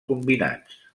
combinats